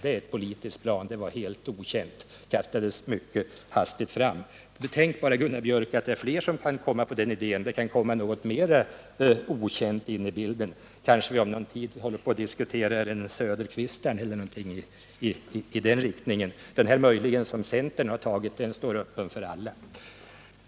Det är ett politiskt plan — det var helt okänt och kastades mycket hastigt fram. Betänk bara, Gunnar Björk, att det är fler som kan komma på en sådan här idé. Det kan komma något mera okänt in i bilden. Kanske vi om någon tid håller på och diskuterar Söderqvistarn eller någonting i den riktningen. Den möjlighet som centern begagnat sig av står öppen för alla.